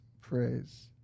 praise